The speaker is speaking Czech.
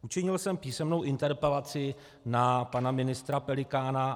Učinil jsem písemnou interpelaci na pana ministra Pelikána.